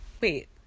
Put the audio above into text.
wait